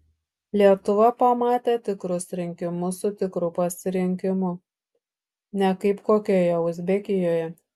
lietuva pamatė tikrus rinkimus su tikru pasirinkimu ne kaip kokioje uzbekijoje